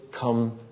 come